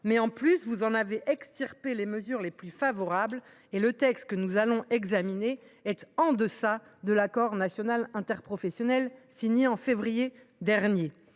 pas, mais vous en avez extirpé les mesures les plus favorables. Dès lors, le texte que nous allons examiner est en deçà de l’accord national interprofessionnel signé en février dernier.